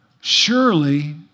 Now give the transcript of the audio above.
Surely